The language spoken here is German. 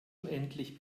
unendlich